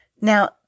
Now